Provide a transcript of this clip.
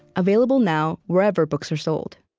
available now wherever books are sold